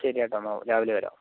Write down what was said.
ശരിയട്ടൊ എന്നാൽ രാവിലെ വരാം